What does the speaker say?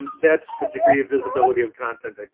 that's the degree of v sibility of content. like